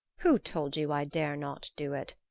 who told you i dare not do it?